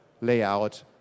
layout